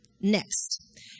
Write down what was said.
Next